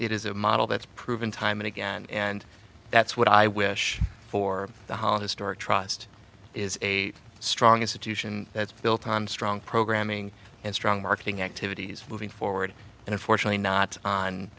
it is a model that's proven time and again and that's what i wish for the holidays story trust is a strong institutions that's built on strong programming and strong marketing activities looking forward and unfortunately not on